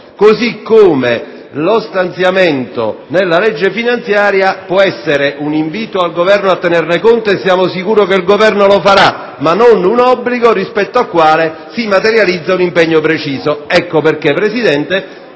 così come lo stanziamento nella legge finanziaria; può essere un invito al Governo a tenerne conto e siamo sicuri che il Governo lo farà, ma non è un obbligo rispetto al quale si può materializza un impegno preciso. Ecco perché, signor